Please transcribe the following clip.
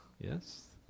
Yes